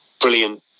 Brilliant